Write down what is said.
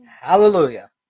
Hallelujah